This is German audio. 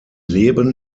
leben